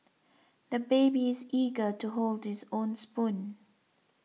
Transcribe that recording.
the baby is eager to hold this own spoon